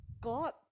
God